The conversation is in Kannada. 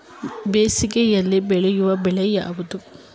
ಬೇಸಿಗೆಯಲ್ಲಿ ಬೆಳೆಯುವ ಬೆಳೆ ಯಾವುದು?